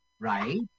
right